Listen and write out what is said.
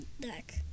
deck